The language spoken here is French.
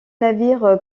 navire